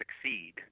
succeed